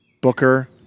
Booker